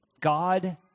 God